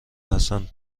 حسن